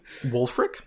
Wolfric